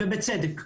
ובצדק.